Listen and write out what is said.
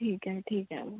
ठीक आहे ठीक आहे